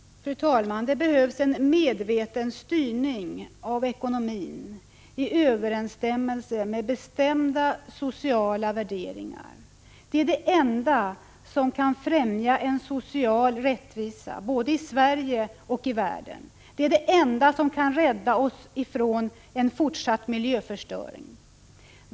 Fru talman! Det behövs en medveten styrning av ekonomin i överensstämmelse med bestämda sociala värderingar. Det är det enda som kan främja en social rättvisa både i Sverige och i övriga världen. Det är det enda som kan rädda oss från en fortsatt miljöförstöring.